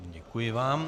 Děkuji vám.